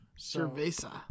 cerveza